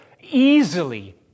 easily